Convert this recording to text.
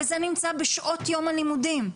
וזה נמצא בשעות יום הלימודים,